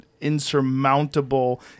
insurmountable